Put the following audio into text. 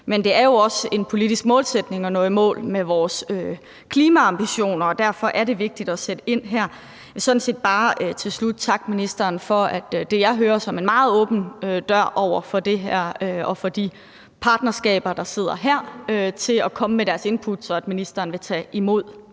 Men det er jo også en politisk målsætning at nå i mål med vores klimaambitioner, og derfor er det vigtigt at sætte ind her. Jeg vil sådan set bare til slut takke ministeren for det, jeg hører som en meget åben dør over for det her og over for de partnerskaber, der sidder her, til at komme med deres input, og at ministeren vil tage imod